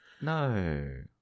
No